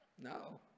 No